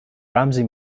ramsay